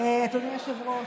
אדוני היושב-ראש,